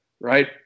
right